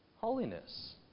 holiness